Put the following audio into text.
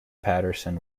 paterson